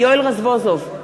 יואל רזבוזוב,